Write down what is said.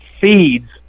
feeds